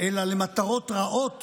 אלא למטרות רעות